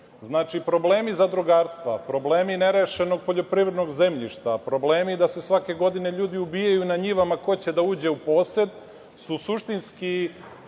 Znači, problemi zadrugarstva, problemi nerešenog poljoprivrednog zemljišta, problemi da se svake godine ljudi ubijaju na njivama ko će da uđe u posed, su suštinski